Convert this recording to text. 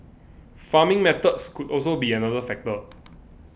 farming methods could also be another factor